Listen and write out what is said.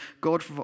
God